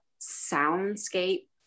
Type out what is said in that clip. soundscape